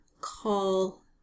call